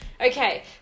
Okay